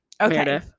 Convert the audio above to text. Okay